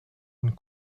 een